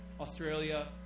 Australia